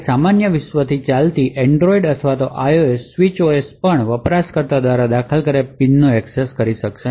સામાન્ય વિશ્વ થી ચાલતા એંડરોઈડ અથવા આઇઓએસ સ્વિચ ઓએસ પણ યુઝર દ્વારા દાખલ કરેલા પિનની એક્સેસ કરી શકશે નહીં